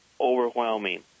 overwhelming